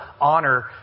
honor